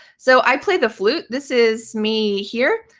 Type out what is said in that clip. so i play the flute. this is me here.